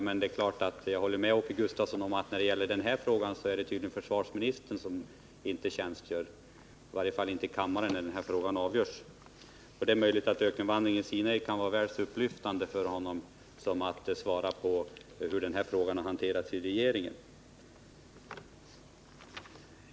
Men jag håller med Åke Gustavsson om att det i den här frågan tydligen är försvarsministern som inte tjänstgör, i varje fall inte i kammaren när den här frågan avgörs. Det är möjligt att ökenvandringen i Sinai kan vara väl så upplyftande för honom som att svara på hur den här frågan har hanterats i regeringen.